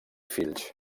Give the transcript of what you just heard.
fills